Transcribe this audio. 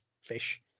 fish